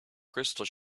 crystal